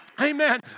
Amen